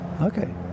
Okay